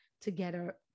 together